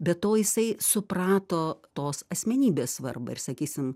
be to jisai suprato tos asmenybės svarbą ir sakysim